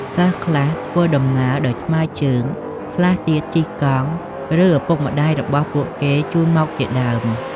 សិស្សខ្លះធ្វើដំណើរដោយថ្មើរជើង ខ្លះទៀតជិះកង់ ឬ ឪពុកម្ដាយរបស់ពួកគេជូនមកជាដើម។